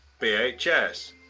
BHS